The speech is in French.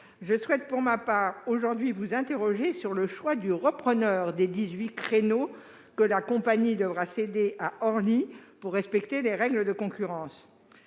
Je souhaite pour ma part aujourd'hui vous interroger sur le choix du repreneur des dix-huit créneaux que la compagnie devra céder à Orly, pour respecter les règles de concurrence.